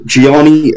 Gianni